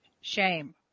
Shame